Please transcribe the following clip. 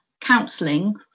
counselling